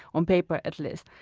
on paper at least.